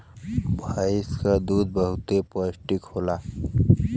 भैंस क दूध बहुते पौष्टिक होला